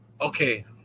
Okay